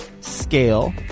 scale